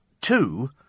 two